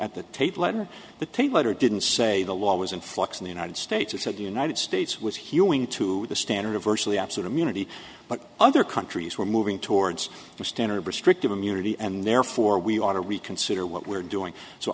at the tate let in the tape letter didn't say the law was in flux in the united states it said the united states was hewing to the standard of virtually absolute immunity but other countries were moving towards the standard restrictive immunity and therefore we ought to reconsider what we're doing so